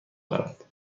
دارد